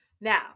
Now